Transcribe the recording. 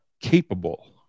capable